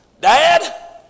Dad